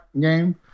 game